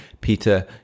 Peter